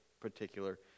particular